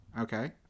okay